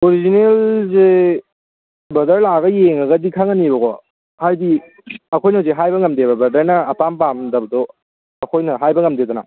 ꯑꯣꯔꯤꯖꯤꯅꯦꯜꯁꯦ brother ꯂꯥꯛꯑꯒ ꯌꯦꯡꯉꯒꯗꯤ ꯈꯪꯒꯅꯦꯕꯀꯣ ꯍꯥꯏꯗꯤ ꯑꯩꯈꯣꯏꯅ ꯍꯧꯖꯤꯛ ꯍꯥꯏꯕ ꯉꯝꯗꯦꯕ ꯕ꯭ꯔꯗꯔꯅ ꯑꯄꯥꯝ ꯄꯥꯝꯗꯕꯗꯣ ꯑꯩꯈꯣꯏꯅ ꯍꯥꯏꯕ ꯉꯝꯗꯦꯗꯅ